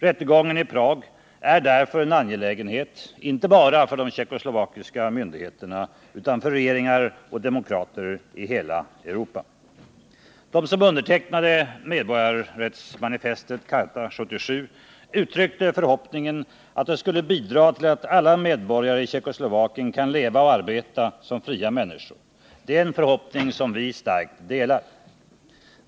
Rättegången i Prag är därför en angelägenhet inte bara för de tjeckoslovakiska myndigheterna utan också för regeringar och demokrater i hela Europa. De som undertecknade medborgarrättsmanifestet Charta 77 uttryckte förhoppningen att det skulle bidra till att alla medborgare i Tjeckoslovakien skall kunna arbeta och leva som fria människor. Det är en förhoppning som vi starkt delar.